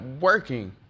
working